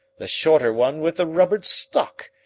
the shorter one with the rubbered stock,